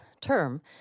term